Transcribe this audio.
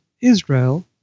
Israel